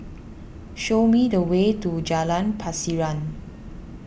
show me the way to Jalan Pasiran